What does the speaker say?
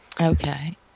Okay